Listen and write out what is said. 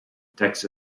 tax